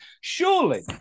Surely